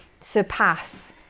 surpass